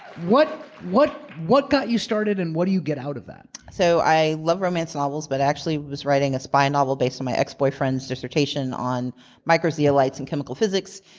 what what got you started, and what do you get out of that? so i love romance novels, but actually was writing a spy novel based on my ex-boyfriend's dissertation on micro zeolites and chemical physics.